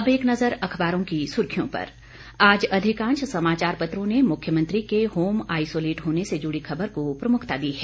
अब एक नज़र अखबारों की सुर्खियों पर आज अधिकांश समाचार पत्रों ने मुख्यमंत्री के होम आईसोलेट होने से जुड़ी खबर को प्रमुखता दी है